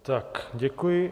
Tak děkuji.